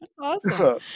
awesome